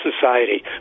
society